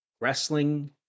Wrestling